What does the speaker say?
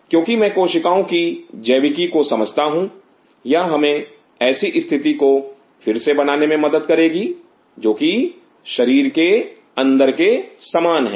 क्योंकि मैं कोशिकाओं की जैविकी को जो समझता हूं यह हमें ऐसी स्थिति को फिर से बनाने में मदद करेगी जो कि शरीर के अंदर के समान है